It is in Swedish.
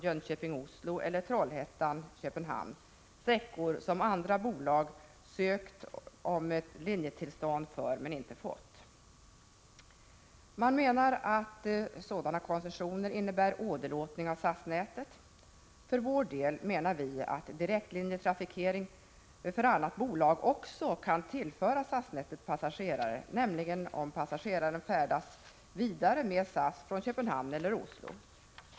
Det är sträckor som andra bolag har sökt linjetillstånd för men inte fått. Man menar att sådana koncessioner innebär åderlåtning av SAS-nätet. För vår del menar vi att direktlinjetrafikering för annat bolag också kan tillföra SAS-nätet passagerare, nämligen om passagerare färdas vidare med SAS från Köpenhamn eller Oslo.